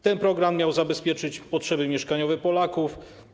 Ten program miał zabezpieczyć potrzeby mieszkaniowe Polaków.